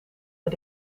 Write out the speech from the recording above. met